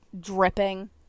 dripping